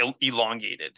elongated